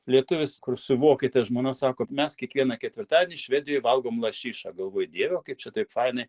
lietuvis kur su vokiete žmona sako mes kiekvieną ketvirtadienį švedijoj valgom lašišą galvoju dieve o kaip čia taip fainai